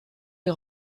est